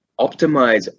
optimize